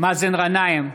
מאזן גנאים,